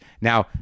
Now